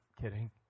kidding